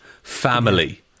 Family